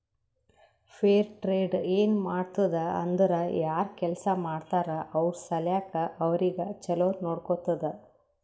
fair trade ಏನ್ ಮಾಡ್ತುದ್ ಅಂದುರ್ ಯಾರ್ ಕೆಲ್ಸಾ ಮಾಡ್ತಾರ ಅವ್ರ ಸಲ್ಯಾಕ್ ಅವ್ರಿಗ ಛಲೋ ನೊಡ್ಕೊತ್ತುದ್